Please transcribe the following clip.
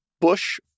Bush